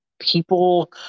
People